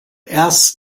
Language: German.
erst